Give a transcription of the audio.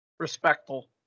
respectful